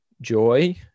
joy